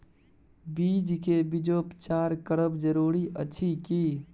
बीज के बीजोपचार करब जरूरी अछि की?